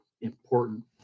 important